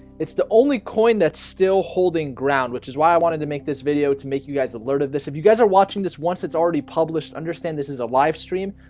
it's the only coin. that's still holding ground which is why i wanted to make this video to make you guys alert of this if you guys are watching this once that's already published understand this is a live stream,